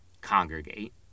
congregate